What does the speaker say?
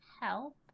help